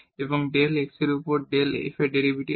এবং del x এর উপর ডেল f এর ডেরিভেটিভ হবে